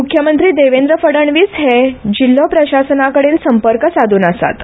मुख्यमंत्री देवेंद्र फडणवीस हे जिल्लो प्रशासना कडेन संपर्क साद्न आसात